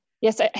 yes